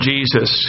Jesus